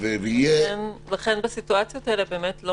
לכן בסיטואציות האלה באמת לא